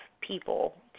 people